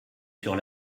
sur